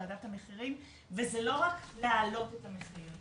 ועדת המחירים וזה לא רק להעלות את המחיר,